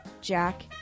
Jack